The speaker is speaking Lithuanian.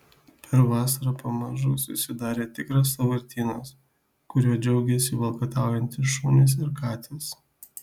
per vasarą pamažu susidarė tikras sąvartynas kuriuo džiaugėsi valkataujantys šunys ir katės